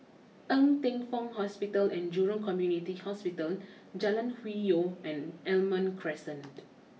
Ng Teng Fong Hospital and Jurong Community Hospital Jalan Hwi Yoh and Almond Crescent